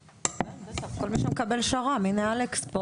בטח; כל מי שמקבל שר"מ, הנה אלכס.